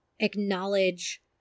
acknowledge